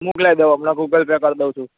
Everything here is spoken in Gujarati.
મોકલાય દવ હમણાં ગૂગલ પે કર દવ છું